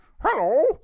hello